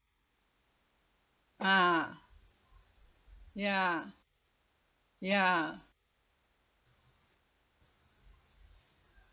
ah ya ya